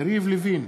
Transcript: יריב לוין,